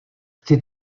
chci